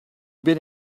been